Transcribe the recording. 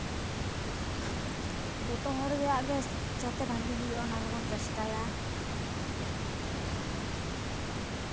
ᱡᱚᱛᱚ ᱦᱚᱲᱟᱜ ᱜᱮ ᱡᱟᱛᱮ ᱵᱷᱟᱜᱮ ᱦᱩᱭᱩᱜᱼᱟ ᱚᱱᱟᱜᱮᱵᱚᱱ ᱪᱮᱥᱴᱟᱭᱟ